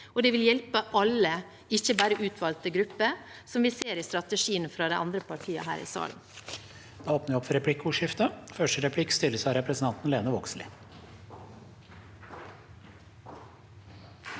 og det ville hjulpet alle, ikke bare utvalgte grupper, som vi ser i strategien fra de andre partiene her i salen.